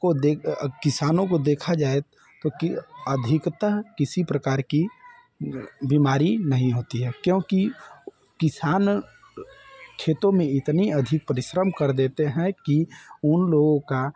को दे किसानों को देखा जाए तो कि अधिकतर किसी प्रकार की बीमारी नहीं होती है क्योंकि किसान खेतों इतनी अधिक परिश्रम कर देते हैं कि उन लोगों का